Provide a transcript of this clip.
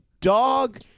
dog